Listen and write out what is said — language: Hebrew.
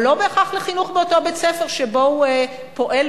אבל לא בהכרח לחינוך באותו בית-ספר שבו הוא פועל